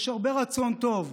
יש הרבה רצון טוב,